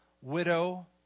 Widow